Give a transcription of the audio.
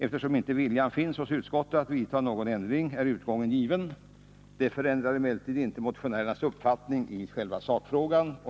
Eftersom inte viljan finns hos utskottet att vidta någon ändring är utgången given. Det förändrar emellertid inte motionärernas uppfattning i själva sakfrågan.